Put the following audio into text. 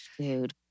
dude